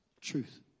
Truth